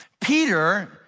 Peter